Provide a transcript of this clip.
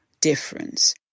difference